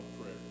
prayer